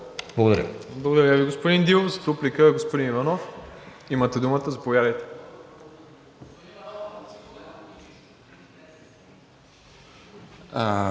Благодаря Ви, господин Дилов. За дуплика – господин Иванов, имате думата, заповядайте.